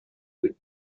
with